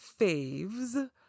faves